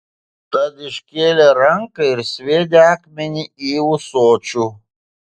tad iškėlė ranką ir sviedė akmenį į ūsočių